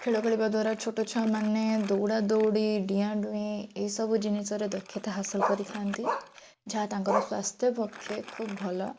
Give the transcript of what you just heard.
ଖେଳ ଖେଳିବାଦ୍ଵାରା ଛୋଟ ଛୁଆମାନେ ଦୌଡ଼ା ଦୌଡି଼ ଡିଆଁଡୁଇଁ ଏସବୁ ଜିନିଷର ଦକ୍ଷତା ହାସଲ କରିଥାନ୍ତି ଯାହା ତାଙ୍କ ସ୍ଵାସ୍ଥ୍ୟ ପକ୍ଷେ ଖୁବ୍ ବହୁତ ଭଲ